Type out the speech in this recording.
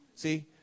See